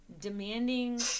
demanding